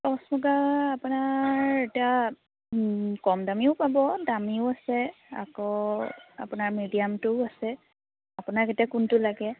পাট মুগা আপোনাৰ এতিয়া কম দামীও পাব দামীও আছে আকৌ আপোনাৰ মিডিয়ামটোও আছে আপোনাক এতিয়া কোনটো লাগে